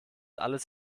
alles